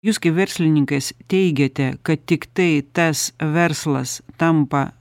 jūs kaip verslininkais teigėte kad tiktai tas verslas tampa